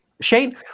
Shane